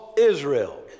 Israel